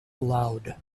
aloud